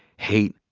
hate,